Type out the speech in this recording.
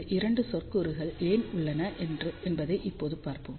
இந்த 2 சொற்கூறுகள் ஏன் உள்ளன என்பதை இப்போது பார்ப்போம்